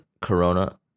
Corona